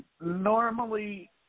Normally